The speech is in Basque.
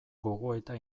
gogoeta